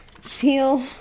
feel